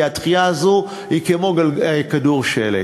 כי הדחייה הזאת היא כמו כדור שלג.